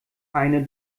eine